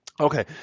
Okay